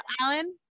Alan